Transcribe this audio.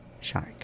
shark